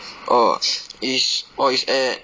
orh is orh is at